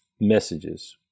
messages